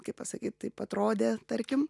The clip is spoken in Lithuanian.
kai pasakyt taip atrodė tarkim